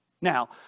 Now